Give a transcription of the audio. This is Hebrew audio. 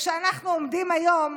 וכשאנחנו עומדים היום